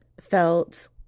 felt